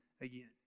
again